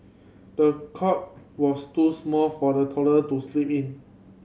the cot was too small for the toddler to sleep in